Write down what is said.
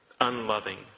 unloving